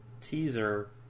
teaser